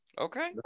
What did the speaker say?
Okay